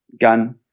gun